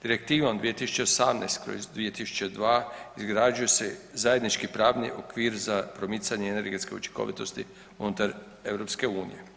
Direktivom 2018/2002 izgrađuje se zajednički pravni okvir za promicanje energetske učinkovitosti unutar EU.